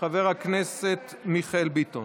חבר הכנסת מיכאל ביטון,